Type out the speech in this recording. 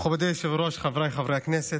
מכובדי היושב-ראש, חבריי חברי הכנסת,